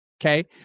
Okay